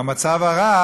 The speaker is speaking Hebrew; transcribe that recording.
במצב הרע